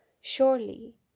Surely